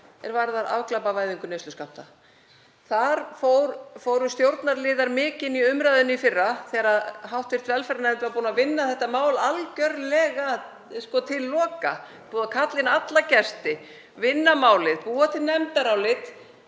og varðar afglæpavæðingu neysluskammta. Þar fóru stjórnarliðar mikinn í umræðunni í fyrra þegar hv. velferðarnefnd var búin að vinna þetta mál algerlega til loka, búin að kalla inn alla gesti, vinna málið, búa til nefndarálit,